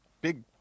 big